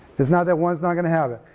it's not that one's not gonna have it,